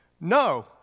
No